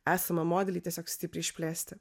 esamą modelį tiesiog stipriai išplėsti